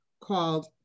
called